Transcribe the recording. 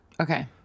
Okay